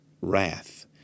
Wrath